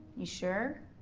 you sure?